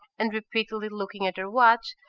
and repeatedly looking at her watch,